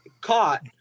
caught